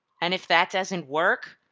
and if that doesn't work,